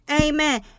Amen